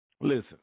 Listen